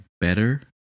better